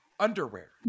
underwear